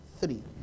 three